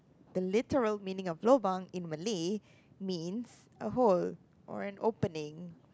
the literal meaning of lobang in Malay means a hole or an opening